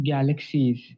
Galaxies